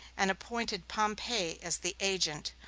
and appointed pompey as the agent,